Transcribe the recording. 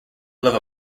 live